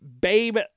Babe